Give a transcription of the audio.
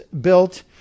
built